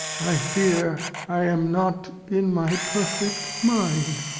i fear i am not in my perfect mind.